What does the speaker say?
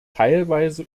teilweise